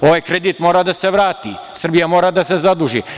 Ovaj kredit mora da se vrati, Srbija mora da se zaduži.